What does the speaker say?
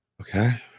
Okay